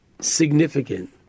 significant